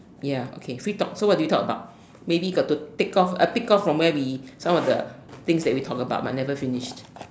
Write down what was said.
ya okay free talk so what do you talk about maybe got to pick off uh pick off from where we some of the things that we talked about but never finish